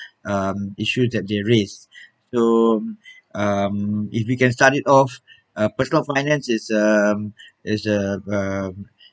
um issue that they raise so um if we can start it off uh personal finance is um is um um